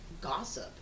gossip